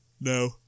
No